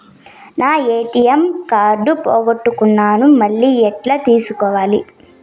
నా ATM card పోగొట్టుకున్నాను, మళ్ళీ ఎలా తీసుకోవాలి?